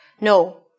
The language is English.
No